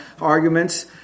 arguments